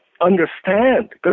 understand